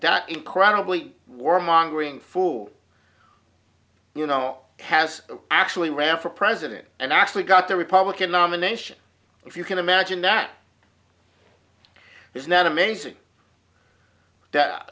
more incredibly warmongering fool you know has actually ran for president and actually got the republican nomination if you can imagine that is not amazing